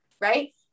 Right